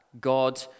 God